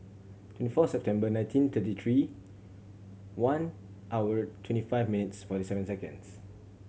twenty four September nineteen thirty three one hour twenty five minutes forty seven seconds